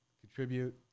contribute